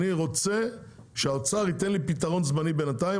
אני רוצה שהאוצר ייתן לי פתרון זמני בינתיים